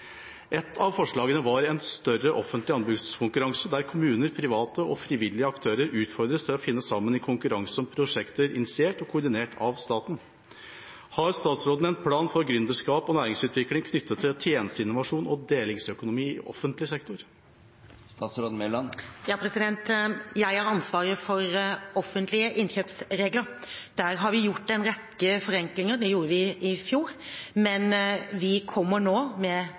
av forslagene var en større offentlig anbudskonkurranse der kommuner, private og frivillige aktører utfordres til å finne sammen i konkurranse om prosjekter initiert og koordinert av staten. Har statsråden en plan for gründerskap og næringsutvikling knyttet til tjenesteinnovasjon og delingsøkonomi i offentlig sektor? Ja. Jeg har ansvaret for offentlige innkjøpsregler. Der har vi gjort en rekke forenklinger. Det gjorde vi i fjor, men vi kommer nå med